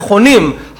נכונים,